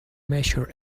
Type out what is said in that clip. measure